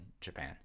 Japan